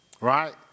right